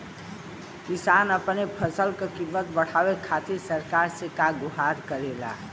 किसान अपने फसल क कीमत बढ़ावे खातिर सरकार से का गुहार करेला?